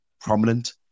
prominent